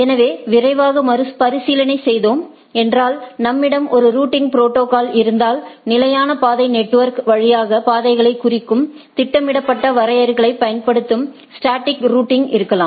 எனவே விரைவாக மறுபரிசீலனை செய்தோம் என்றால் நம்மிடம் ஒரு ரூட்டிங் ப்ரோடோகால்ஸ் இருந்தால் நிலையான பாதை நெட்வொர்க் வழியாக பாதைகளை குறிக்கும் திட்டமிடப்பட்ட வரையறைகளைப் பயன்படுத்தும் ஸ்டாடிக் ரூட் இருக்கலாம்